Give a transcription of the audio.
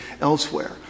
elsewhere